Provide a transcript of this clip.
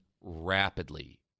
rapidly